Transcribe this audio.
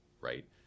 right